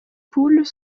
poules